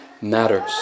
matters